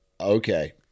okay